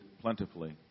plentifully